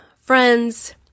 Friends